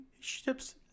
Ships